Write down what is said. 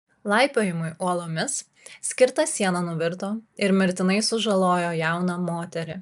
laipiojimui uolomis skirta siena nuvirto ir mirtinai sužalojo jauną moterį